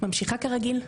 ממשיכה כרגיל,